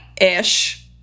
ish